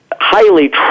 highly